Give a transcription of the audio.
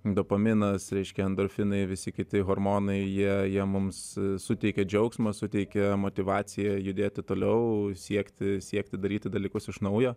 dopaminas reiškia endorfinai visi kiti hormonai jie jie mums suteikia džiaugsmo suteikia motyvaciją judėti toliau siekti siekti daryti dalykus iš naujo